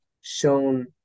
shown